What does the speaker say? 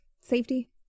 safety